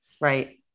Right